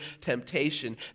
temptation